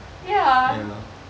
ya